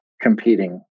competing